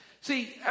See